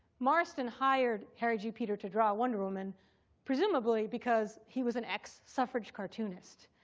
marston hired harry g. peter to draw wonder woman presumably because he was an ex-suffrage cartoonist.